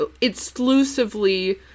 exclusively